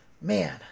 Man